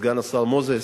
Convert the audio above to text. סגן השר מוזס.